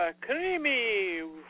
Creamy